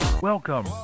welcome